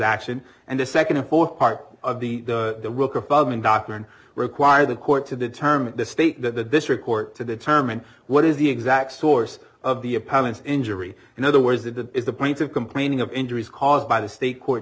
action and the second and fourth part of the doctrine require the court to determine the state that the district court to determine what is the exact source of the appellant's injury in other words if that is the point of complaining of injuries caused by the state court